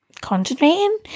concentrating